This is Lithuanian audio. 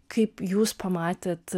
kaip jūs pamatėt